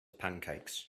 pancakes